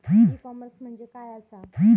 E commerce म्हणजे काय असा?